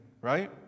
right